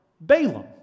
Balaam